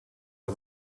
the